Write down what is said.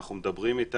אנחנו מדברים איתם,